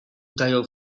dają